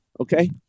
okay